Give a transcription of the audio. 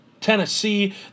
Tennessee